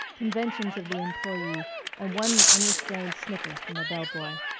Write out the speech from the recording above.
conventions of the employee and one unrestrained snicker from a bell-boy.